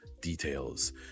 details